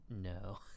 no